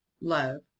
love